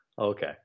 Okay